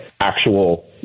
actual